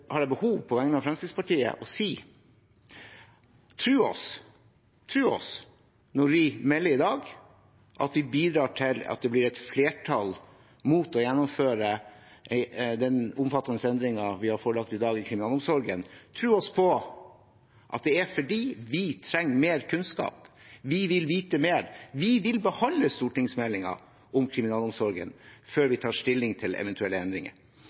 har jeg på vegne av Fremskrittspartiet behov for å si: Når vi i dag melder at vi bidrar til at det blir et flertall mot å gjennomføre den omfattende endringen vi er forelagt i dag i kriminalomsorgen, så tro oss på at det er fordi vi trenger mer kunnskap, vi vil vite mer, og vi vil behandle stortingsmeldingen om kriminalomsorgen før vi tar stilling til eventuelle endringer.